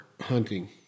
hunting